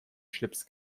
schlips